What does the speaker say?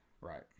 Right